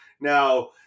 Now